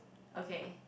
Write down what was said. okay